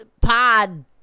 pod